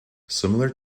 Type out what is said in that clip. similar